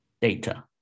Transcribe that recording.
data